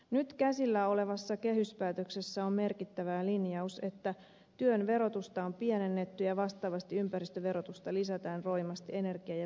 nyt käsillä olevassa kehyspäätöksessä on merkittävää linjaus että työn verotusta on pienennetty ja vastaavasti ympäristöverotusta lisätään roimasti energia ja päästöverojen kautta